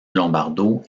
lombardo